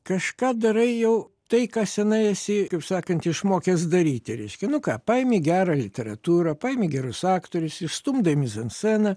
kažką darai jau tai ką senai esi kaip sakant išmokęs daryti reiškia nu ką paimi gerą literatūrą paimi gerus aktorius išstumdai mizansceną